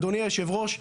אדוני יושב הראש,